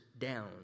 down